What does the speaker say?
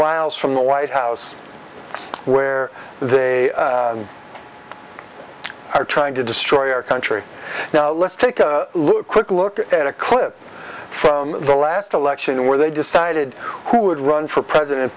miles from the white house where they are trying to destroy our country now let's take a look quick look at a clip from the last election where they decided crow would run for president